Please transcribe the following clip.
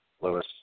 Lewis